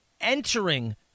entering